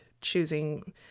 choosing